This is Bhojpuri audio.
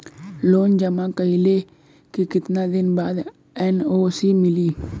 लोन जमा कइले के कितना दिन बाद एन.ओ.सी मिली?